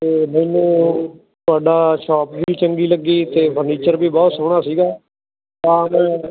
ਅਤੇ ਮੈਨੂੰ ਤੁਹਾਡਾ ਸ਼ੋਪ ਵੀ ਚੰਗੀ ਲੱਗੀ ਅਤੇ ਫਰਨੀਚਰ ਵੀ ਬਹੁਤ ਸੋਹਣਾ ਸੀਗਾ ਤਾਂ ਜੋ